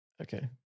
Okay